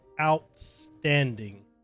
outstanding